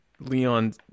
Leon